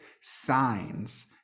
signs